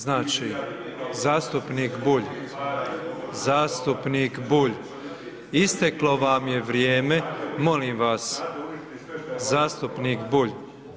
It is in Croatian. Znači, zastupnik Bulj… … [[Upadica Bulj, ne razumije se.]] Zastupnik Bulj, isteklo vam je vrijeme, molim vas. … [[Upadica Bulj, ne razumije se.]] Zastupnik Bulj.